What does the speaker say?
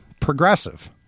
progressive